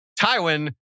Tywin